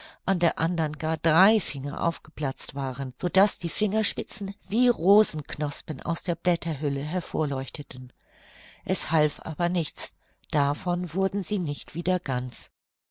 an der andern gar drei finger aufgeplatzt waren so daß die fingerspitzen wie rosenknospen aus der blätterhülle hervorleuchteten es half aber nichts davon wurden sie nicht wieder ganz